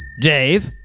Dave